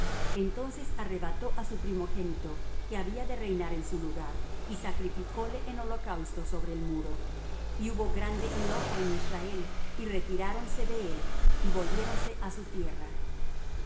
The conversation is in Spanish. entonces arrebató á su primogénito que había de reinar en su lugar y sacrificóle en holocausto sobre el muro y hubo grande enojo en israel y retiráronse de él y volviéronse á su tierra